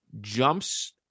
jumps